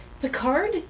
Picard